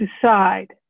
decide